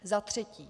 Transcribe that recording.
Za třetí.